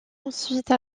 ensuite